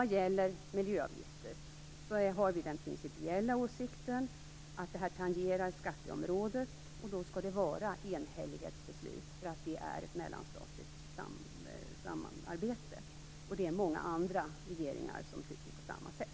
Vad gäller miljöavgifter har vi den principiella åsikten att det här tangerar skatteområdet, och då skall det vara enhällighetsbeslut eftersom det är ett mellanstatligt samarbete. Det är många andra regeringar som tycker på samma sätt.